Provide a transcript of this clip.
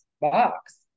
box